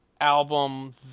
album